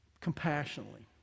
compassionately